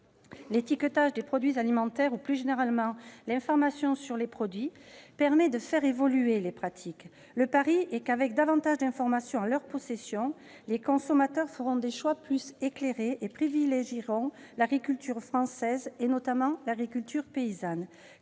L'étiquetage des produits alimentaires, plus généralement l'information sur les produits, permet de faire évoluer les pratiques. Le pari est que, avec davantage d'informations en leur possession, les consommateurs feront des choix plus éclairés et privilégieront l'agriculture française, notamment l'agriculture paysanne.